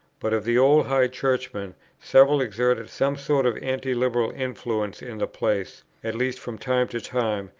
but of the old high churchmen several exerted some sort of anti-liberal influence in the place, at least from time to time,